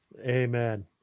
Amen